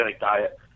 diet